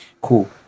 Cool